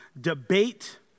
debate